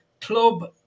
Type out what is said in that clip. club